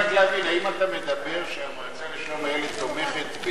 האם אתה אומר שהמועצה לשלום הילד תומכת בילדים,